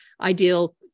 ideal